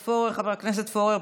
1443, של חבר הכנסת עודד פורר.